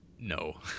No